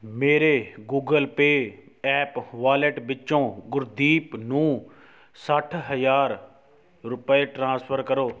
ਮੇਰੇ Google Pay app wallet ਵਿੱਚੋਂ ਗੁਰਦੀਪ ਨੂੰ ਸੱਠ ਹਜ਼ਾਰ ਰੁਪਏ ਟ੍ਰਾਂਸਫਰ ਕਰੋ